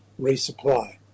resupply